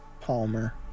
Palmer